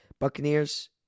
Buccaneers